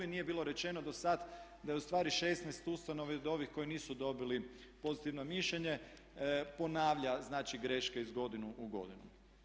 Nije bilo rečeno dosad da je ustvari 16 ustanova od ovih koji nisu dobili pozitivno mišljenje ponavlja znači greške iz godine u godinu.